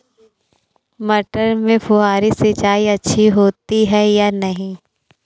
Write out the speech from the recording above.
मटर में फुहरी सिंचाई अच्छी होती है या नहीं?